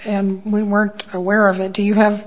and we weren't aware of it do you have